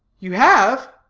you have?